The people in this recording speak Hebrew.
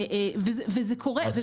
וזה קורה.